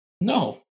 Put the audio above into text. No